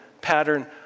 pattern